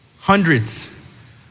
Hundreds